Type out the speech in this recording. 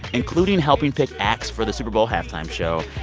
including helping pick acts for the super bowl halftime show.